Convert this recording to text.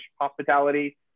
Hospitality